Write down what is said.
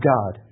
God